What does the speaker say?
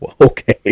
okay